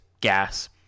gas